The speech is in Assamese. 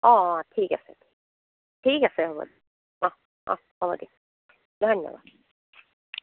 অ' অ' ঠিক আছে ঠিক আছে হ'ব দিয়ক অ' অ' হ'ব দিয়ক ধন্যবাদ